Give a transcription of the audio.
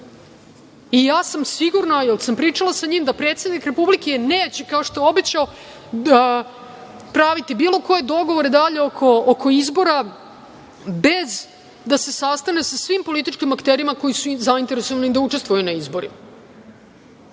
da. Sigurna sam, jer sam pričala sa njim, da predsednik Republike neće, kao što je obećao, praviti bilo koje dogovore dalje oko izbora bez da se sastane sa svim političkim akterima koji su zainteresovani da učestvuju na izborima.